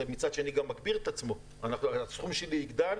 זה מצד שני גם מגביר את עצמו הסכום שלי יגדל,